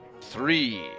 Three